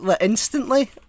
instantly